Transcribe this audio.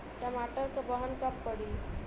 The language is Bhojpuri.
टमाटर क बहन कब पड़ी?